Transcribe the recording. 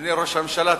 אדוני ראש הממשלה,